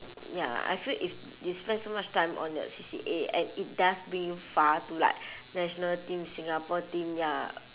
ya I feel if they spend so much time on your C_C_A and it does bring you far to like national team singapore team ya